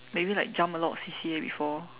maybe like jump a lot of C_C_A before